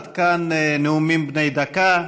עד כאן נאומים בני דקה.